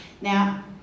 Now